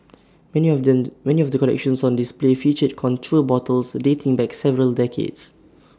many of them many of the collections on display featured contour bottles dating back several decades